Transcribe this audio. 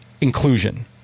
inclusion